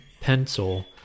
pencil